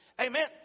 Amen